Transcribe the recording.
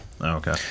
okay